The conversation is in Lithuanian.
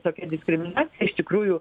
tokia diskriminacija iš tikrųjų